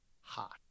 hot